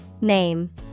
Name